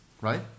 right